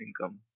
income